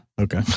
Okay